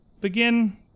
begin